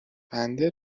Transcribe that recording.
بنده